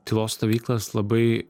tylos stovyklas labai